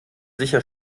sicher